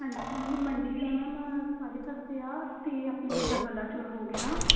ਹਾਂਜੀ ਨਹੀਂ ਮੰਡੀ ਤਾਂ ਮੈਮ ਸਾਰੇ ਪਾਸੇ ਆ ਅਤੇ ਆਪਣੇ ਜਿੱਦਾਂ ਬਲਾਚੌਰ ਹੋ ਗਿਆ